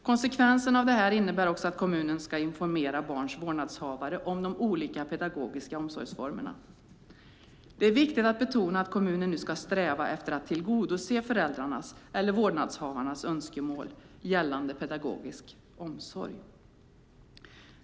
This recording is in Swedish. Konsekvensen av detta är också att kommunen ska informera barns vårdnadshavare om de olika pedagogiska omsorgsformerna. Det är viktigt att betona att kommunen nu ska sträva efter att tillgodose föräldrarnas eller vårdnadshavarnas önskemål gällande pedagogisk omsorg.